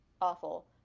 awful